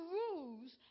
rules